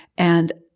and,